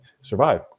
Survive